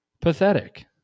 Pathetic